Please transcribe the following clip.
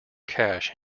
cash